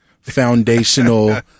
foundational